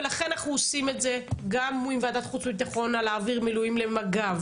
ולכן אנחנו עושים את זה גם עם ועדת חוץ וביטחון להעביר מילואים למג"ב.